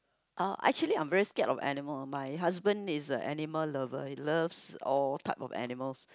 uh actually I'm very scared of animal my husband is a animal lover he loves all type of animals